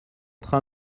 train